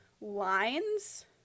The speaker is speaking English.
lines